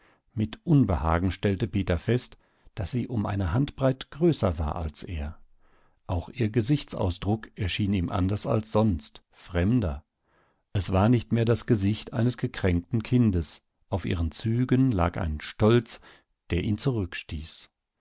mit unbehagen stellte peter fest daß sie um eine handbreite größer war als er auch ihr gesichtsausdruck erschien ihm anders als sonst fremder es war nicht mehr das gesicht eines gekränkten kindes auf ihren zügen lag ein stolz der ihn